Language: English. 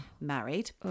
married